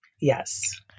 Yes